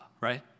right